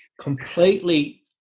Completely